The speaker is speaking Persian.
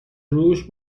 رووش